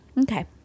Okay